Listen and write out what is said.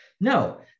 No